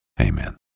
amen